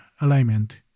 alignment